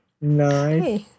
Nice